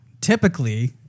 typically